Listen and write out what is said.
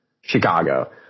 Chicago